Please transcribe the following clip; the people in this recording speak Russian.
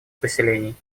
поселений